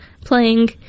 playing